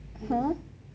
!huh!